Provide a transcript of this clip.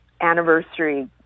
anniversary